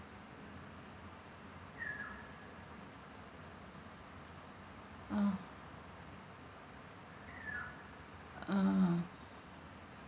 ah (uh huh)